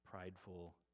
prideful